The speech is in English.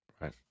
right